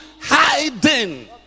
hiding